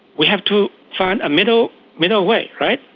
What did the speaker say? we have to find a middle middle way, right?